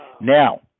now